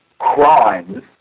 Crimes